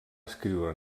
escriure